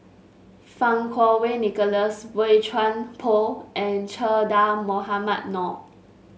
Fang Kuo Wei Nicholas Boey Chuan Poh and Che Dah Mohamed Noor